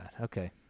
Okay